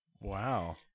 wow